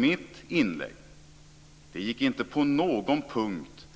Mitt inlägg gick dock inte på någon punkt